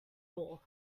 all